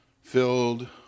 Filled